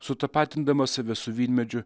sutapatindamas save su vynmedžiu